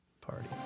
party